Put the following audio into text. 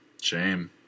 Shame